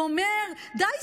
הוא אומר: די,